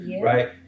right